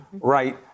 right